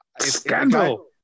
Scandal